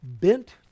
bent